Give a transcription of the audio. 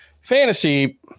fantasy